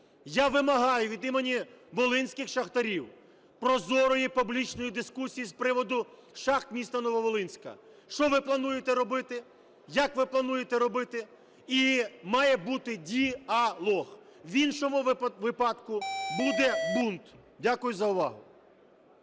я вимагаю від імені волинських шахтарів прозорої, публічної дискусії з приводу шахт міста Нововолинська. Що ви плануєте робити? Як ви плануєте робити? І має бути діалог. В іншому випадку буде бунт. Дякую за увагу.